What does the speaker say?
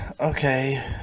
Okay